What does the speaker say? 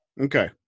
Okay